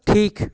ঠিক